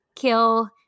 Kill